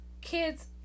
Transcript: kids